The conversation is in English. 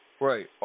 Right